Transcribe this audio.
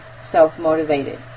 self-motivated